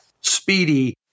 speedy